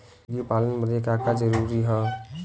मुर्गी पालन बदे का का जरूरी ह?